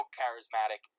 charismatic